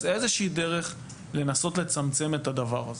איזה שהיא דרך לנסות לצמצם את הדבר הזה.